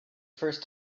first